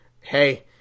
hey –